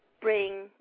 bring